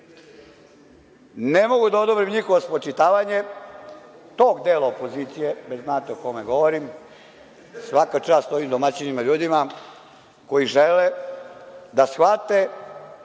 mogu da odobrim njihovo spočitavanje tog dela opozicije, već znate o kome govorim, svaka čast ovim domaćinima, ljudima koji žele da shvate